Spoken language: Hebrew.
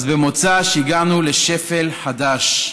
אז במוצ"ש הגענו לשפל חדש.